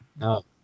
No